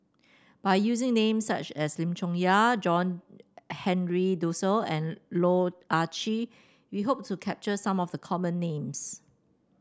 by using names such as Lim Chong Yah John Henry Duclos and Loh Ah Chee we hope to capture some of the common names